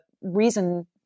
reason